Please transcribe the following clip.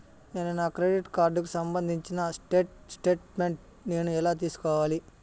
నేను నా క్రెడిట్ కార్డుకు సంబంధించిన స్టేట్ స్టేట్మెంట్ నేను ఎలా తీసుకోవాలి?